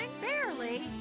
Barely